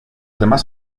demás